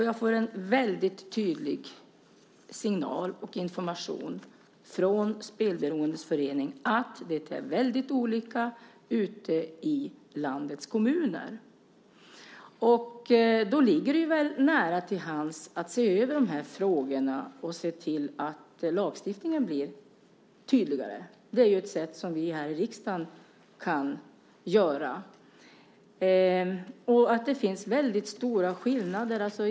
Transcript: Jag får en signal med väldigt tydlig information från Spelberoendes förening att det ser väldigt olika ut i landets kommuner. Då ligger det väl nära till hands att se över de här frågorna och se till att lagstiftningen blir tydligare. Det är någonting som vi här i riksdagen kan göra. Det finns väldigt stora skillnader.